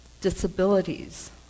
disabilities